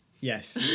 Yes